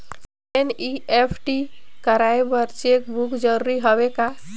NEFT कराय बर cheque book जरूरी हवय का?